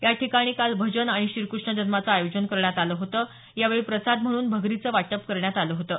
याठिकाणी काल भजन आणि श्रीकृष्ण जन्माचं आयोजन करण्यात आलं होतं यावेळी प्रसाद म्हणून भगरीचं वाटप करण्यात आलं होतं